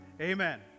Amen